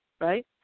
right